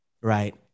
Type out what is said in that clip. right